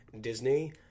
Disney